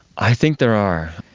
i think there are.